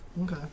Okay